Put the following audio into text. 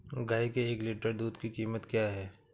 गाय के एक लीटर दूध की कीमत क्या है?